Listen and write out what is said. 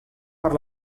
per